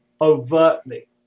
overtly